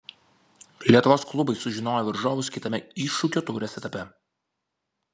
lietuvos klubai sužinojo varžovus kitame iššūkio taurės etape